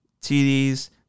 TDs